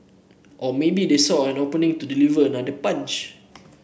or maybe they saw an opening to deliver another punch